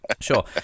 Sure